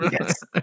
yes